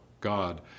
God